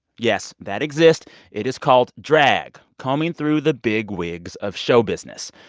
yes, that exists it is called drag combing through the big wigs of show business.